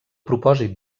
propòsit